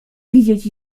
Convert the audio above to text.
widzieć